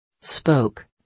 Spoke